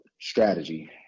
strategy